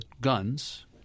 guns